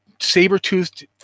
saber-toothed